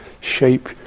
shape